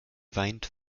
weint